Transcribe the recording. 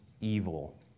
evil